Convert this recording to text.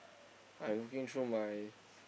I looking through my